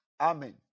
Amen